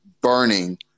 burning